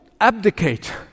abdicate